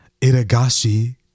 Iragashi